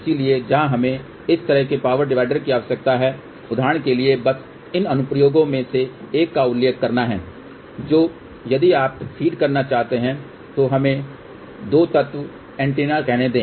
इसलिए जहां हमें इस तरह के पावर डिवाइडर की आवश्यकता है उदाहरण के लिए बस उन अनुप्रयोगों में से एक का उल्लेख करना है जो यदि आप फ़ीड करना चाहते हैं तो हमें 2 तत्व एंटीना कहने दें